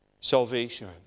Salvation